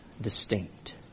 distinct